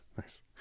nice